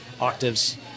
octaves